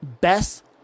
best